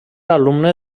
alumne